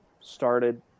started